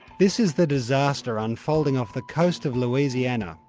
this is the disaster unfolding off the coast of louisiana,